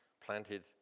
Planted